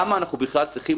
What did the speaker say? ומאוד חריג בכלל,